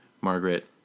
Margaret